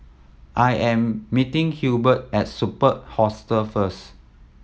I am meeting Hebert at Superb Hostel first